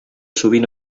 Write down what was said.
sovint